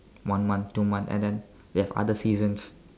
one month two month and then there's other seasons